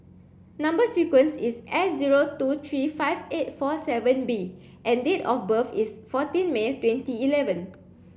number sequence is S zero two three five eight four seven B and date of birth is fourteen May twenty eleven